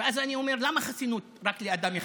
ואז אני אומר: למה חסינות רק לאדם אחד?